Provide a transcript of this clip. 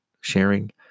sharing